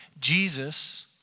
Jesus